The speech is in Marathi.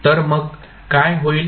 तर मग काय होईल